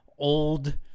old